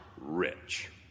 rich